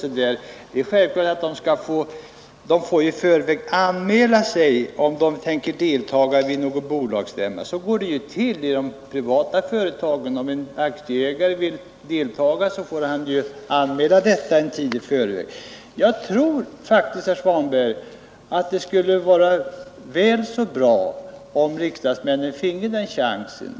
Det är självklart att de skall i förväg anmäla sig, om de tänker delta i någon bolagsstämma — så går det ju till i de privata företagen. Om en aktieägare vill delta i en bolagsstämma i ett privat företag, måste han ju anmäla detta en tid i förväg. Jag tror faktiskt, herr Svanberg, att det skulle vara bra, om riksdagsmännen fick denna chans.